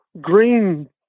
green